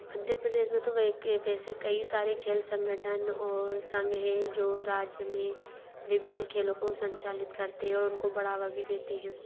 मध्य प्रदेश में तो वे एक वैसे कई सारे खेल संगठन और संघ है जो राज्य में विभिन्न खेलों को संचालित करते है और उनको बढ़ावा भी देते हैं